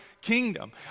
kingdom